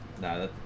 Nah